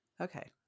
Okay